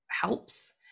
helps